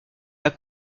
pas